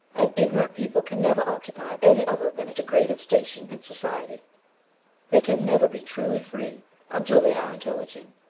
an ignorant people can never occupy any other than a degraded station in society they can never be truly free until they are intelligent.